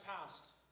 passed